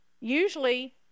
Usually